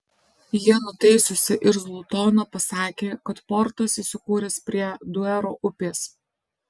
ji nutaisiusi irzlų toną pasakė kad portas įsikūręs prie duero upės